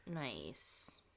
Nice